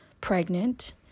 pregnant